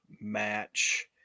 match